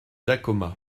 dacoma